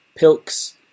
Pilks